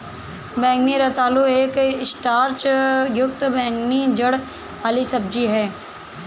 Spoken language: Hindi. बैंगनी रतालू एक स्टार्च युक्त बैंगनी जड़ वाली सब्जी है